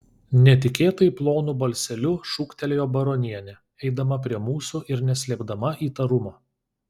netikėtai plonu balseliu šūktelėjo baronienė eidama prie mūsų ir neslėpdama įtarumo